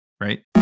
right